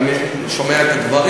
אני שומע את הדברים.